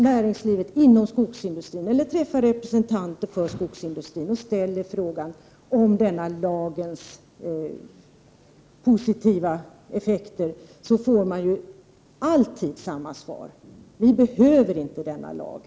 När vi träffar representanter för skogsindustrin och ställer frågan om den här lagens positiva effekter, då får vi alltid samma svar: Den här lagen behövs inte.